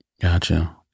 Gotcha